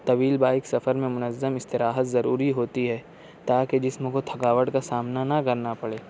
طویل بائیک سفر میں منّظم استراحت ضروری ہوتی ہے تاکہ جسم کو تھکاوٹ کا سامنا نہ کرنا پڑے